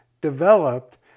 developed